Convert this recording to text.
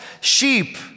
sheep